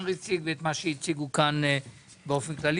הציג ואת מה שהציגו כאן באופן כללי.